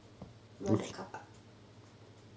run the car park